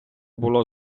було